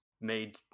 made